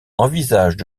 envisagent